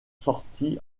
sortie